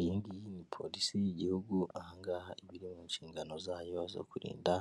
Iyi ngiyi ni polisi y'igihugu, aha ngaha iba iri mu nshingano zayo zo kurinda